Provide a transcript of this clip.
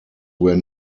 were